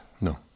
No